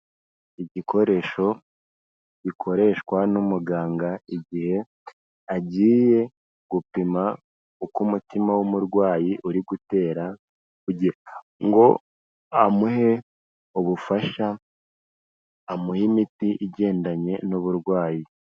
Igikoresho gikoreshwa n'umuganga igihe agiye gupima uko umutima w'umurwayi uri gutera kugira ngo amuhe ubufasha, amuhe imiti igendanye n'uburwayi.